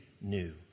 new